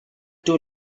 too